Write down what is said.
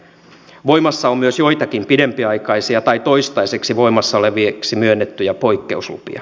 voimassa on myös joitakin pidempiaikaisia tai toistaiseksi voimassa oleviksi myönnettyjä poikkeuslupia